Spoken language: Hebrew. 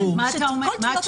מה אתה אומר?